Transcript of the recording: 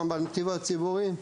פעם בנתיב הציבורי?",